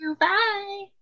Bye